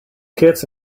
kits